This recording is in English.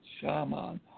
shaman